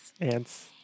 Ants